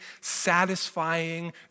satisfying